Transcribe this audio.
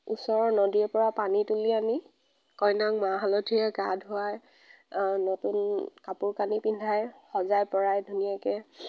ওচৰৰ নদীৰ পৰা পানী তুলি আনি কইনাক মাহ হালধিৰে গা ধুৱাই নতুন কাপোৰ কানি পিন্ধাই সজাই পৰাই ধুনীয়াকৈ